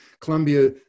Colombia